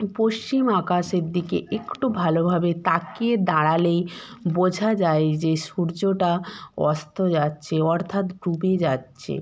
পশ্চিম আকাশের দিকে একটু ভালোভাবে তাকিয়ে দাঁড়ালেই বোঝা যায় যে সূর্যটা অস্ত যাচ্ছে অর্থাৎ ডুবে যাচ্ছে